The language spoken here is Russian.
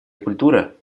культура